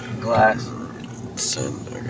Glass